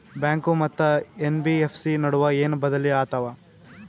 Bank ಮತ್ತ NBFC ನಡುವ ಏನ ಬದಲಿ ಆತವ?